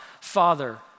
Father